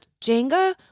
Jenga